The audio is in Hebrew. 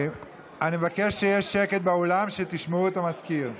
אני מבקש שיהיה שקט באולם כדי שתשמעו את המזכיר.